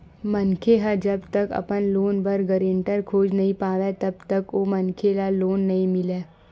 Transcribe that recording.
मनखे ह जब तक अपन लोन बर गारेंटर खोज नइ पावय तब तक ओ मनखे ल लोन नइ मिलय